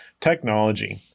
Technology